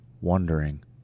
wondering